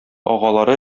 агалары